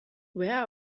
where